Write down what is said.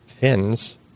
pins